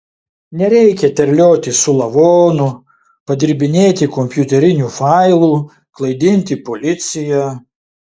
nereikia terliotis su lavonu padirbinėti kompiuterinių failų klaidinti policiją